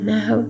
Now